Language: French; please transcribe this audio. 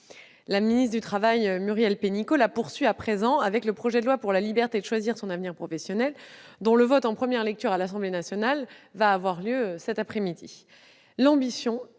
La ministre du travail, Muriel Pénicaud, la poursuit à présent avec le projet de loi pour la liberté de choisir son avenir professionnel, dont le vote en première lecture à l'Assemblée nationale aura lieu cet après-midi.